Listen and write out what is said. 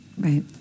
Right